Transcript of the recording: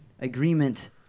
agreement